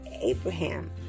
Abraham